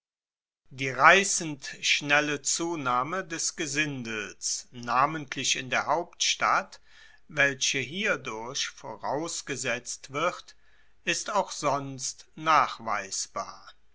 die reissend schnelle zunahme des gesindels namentlich in der hauptstadt welche hierdurch vorausgesetzt wird ist auch sonst nachweisbar